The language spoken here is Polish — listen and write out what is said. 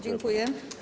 Dziękuję.